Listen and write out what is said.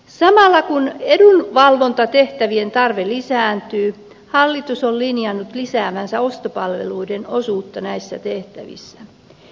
samalla kun edunvalvontatehtävien tarve lisääntyy hallitus on linjannut lisäävänsä ostopalveluiden osuutta näissä tehtävissä